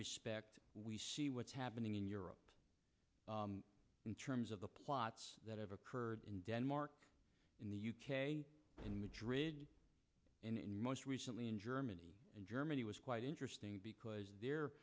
respect what's happening in europe in terms of the plots that have occurred in denmark in the u k in madrid and most recently in germany and germany was quite interesting because the